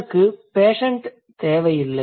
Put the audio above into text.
இதற்கு பேஷண்ட் தேவையில்லை